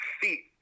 feet